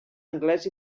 anglès